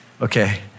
Okay